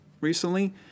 recently